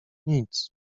nic